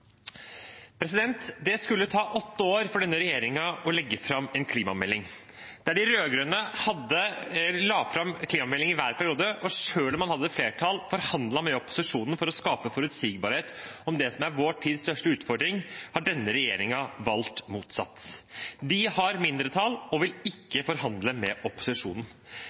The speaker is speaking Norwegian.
Det skulle ta åtte år for denne regjeringen å legge fram en klimamelding. Der de rød-grønne la fram en klimamelding hver periode, og selv om man hadde flertall forhandlet med opposisjonen for å skape forutsigbarhet om det som er vårt tids største utfordring, har denne regjeringen valgt motsatt. De har mindretall og vil ikke forhandle med opposisjonen.